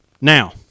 Now